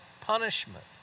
punishment